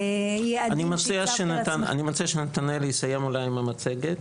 אני מציע שנתנאל יסיים אולי עם המצגת,